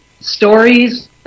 stories